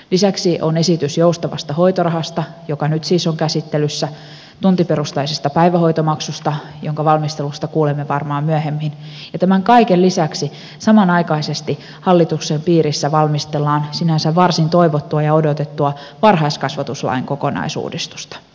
lisäksi on esitys joustavasta hoitorahasta joka nyt siis on käsittelyssä tuntiperusteisesta päivähoitomaksusta jonka valmistelusta kuulemme varmaan myöhemmin ja tämän kaiken lisäksi samanaikaisesti hallituksen piirissä valmistellaan sinänsä varsin toivottua ja odotettua varhaiskasvatuslain kokonaisuudistusta